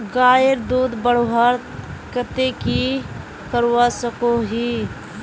गायेर दूध बढ़वार केते की करवा सकोहो ही?